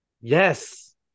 yes